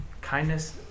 kindness